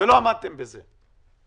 ולא עמדתם בזה.